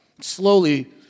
Slowly